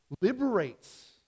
liberates